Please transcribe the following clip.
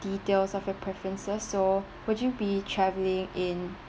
details of your preferences so would you be travelling in